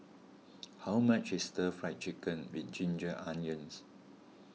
how much is Stir Fry Chicken with Ginger Onions